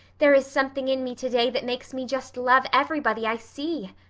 there is something in me today that makes me just love everybody i see,